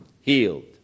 healed